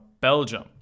Belgium